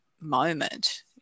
moment